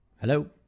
Hello